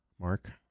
Mark